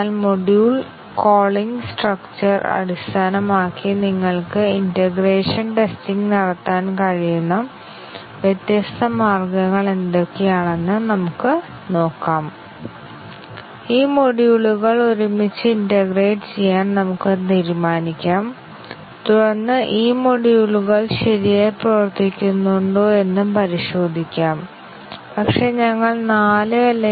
ഇപ്പോൾ പ്രാരംഭ പരിശോധന പൂർത്തിയായിക്കഴിഞ്ഞാൽ പ്രാരംഭ പരിശോധന mc dc ടെസ്റ്റിംഗ് ആകാം അല്ലെങ്കിൽ പാത്ത് ടെസ്റ്റിംഗ് ആകാം അല്ലെങ്കിൽ രണ്ടും ആകാം അല്ലെങ്കിൽ ഒരിക്കൽ ഇത് ഉപയോഗിച്ച് ഞങ്ങൾ പരീക്ഷിച്ചുകഴിഞ്ഞാൽ ചില തരം ബഗുകൾക്കെതിരെ ടെസ്റ്റ് ശരിക്കും ഫലപ്രദമാണോ എന്ന് പരിശോധിക്കാൻ ഞങ്ങൾ ആഗ്രഹിക്കുന്നു